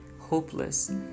hopeless